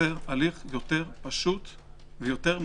לייצר הליך יותר פשוט ומהיר,